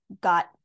got